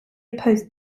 opposed